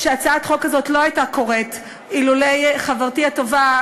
שהצעת החוק הזאת לא הייתה מקודמת בלעדי חברתי הטובה,